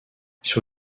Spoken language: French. sur